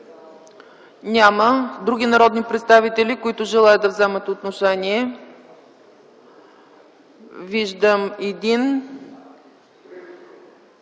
ли други народни представители, които желаят да вземат отношение? Виждам един.